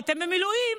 אתם במילואים,